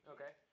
Okay